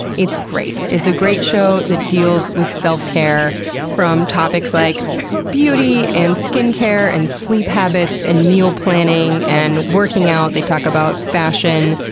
it's great. it's a great show that deals with self-care from topics like beauty, and skin care, and sleep habits, and meal planning, and working out. they talk about fashion.